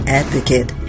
advocate